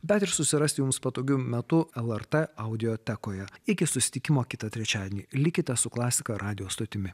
bet ir susirasti jums patogiu metu lrt audiotekoje iki susitikimo kitą trečiadienį likite su klasika radijo stotimi